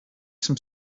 some